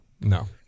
no